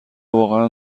واقعا